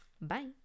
bye